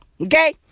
Okay